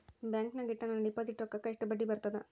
ಬ್ಯಾಂಕಿನಾಗ ಇಟ್ಟ ನನ್ನ ಡಿಪಾಸಿಟ್ ರೊಕ್ಕಕ್ಕ ಎಷ್ಟು ಬಡ್ಡಿ ಬರ್ತದ?